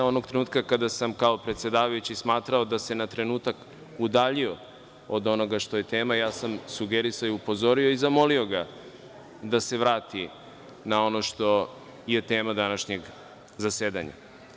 Onog trenutka kada sam kao predsedavajući smatrao da se na trenutak udaljio od onoga što je tema, ja sam sugerisao i upozorio i zamolio ga da se vrati na ono što je tema današnjeg zasedanja.